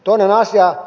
toinen asia